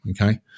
okay